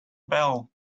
bell